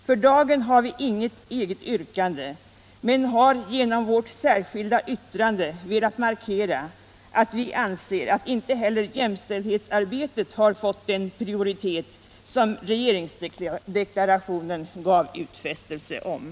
För dagen har vi inget eget yrkande, men har genom vårt särskilda yttrande velat markera att vi anser att inte heller jämställdhetsarbetet har fått den prioritet som regeringsdeklara = Nr 24